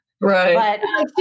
right